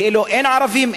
כאילו אין ערבים,